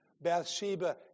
Bathsheba